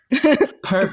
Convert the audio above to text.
perfect